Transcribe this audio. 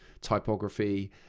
typography